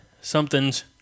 somethings